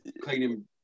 cleaning